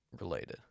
related